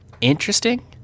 interesting